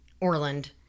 Orland